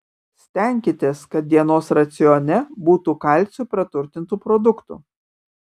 stenkitės kad dienos racione būtų kalciu praturtintų produktų